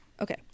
okay